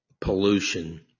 pollution